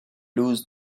lose